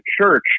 church